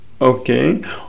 Okay